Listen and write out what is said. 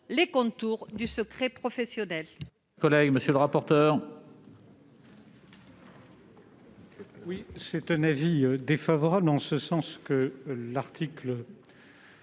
les contours du secret professionnel.